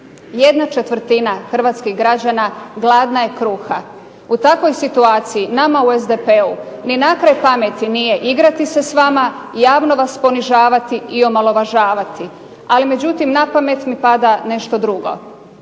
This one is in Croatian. obitelji ¼ hrvatskih građana gladna je kruha. U takvoj situaciji nama u SDP-u ni na kraj pameti nije igrati se s vama i javno vas ponižavati i omalovažavati. Ali međutim, na pamet mi pada nešto drugo.